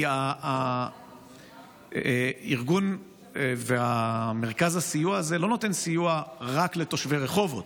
כי הארגון ומרכז הסיוע הזה לא נותן סיוע רק לתושבי רחובות,